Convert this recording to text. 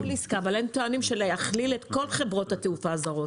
זה לגבי ביטול עסקה אבל הם טוענים שלהכליל את כל חברות התעופה הזרות,